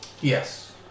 Yes